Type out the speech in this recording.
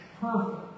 perfect